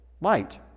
light